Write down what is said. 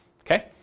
Okay